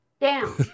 down